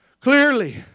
Clearly